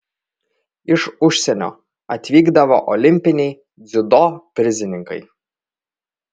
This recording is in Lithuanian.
iš užsienio atvykdavo olimpiniai dziudo prizininkai